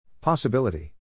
Possibility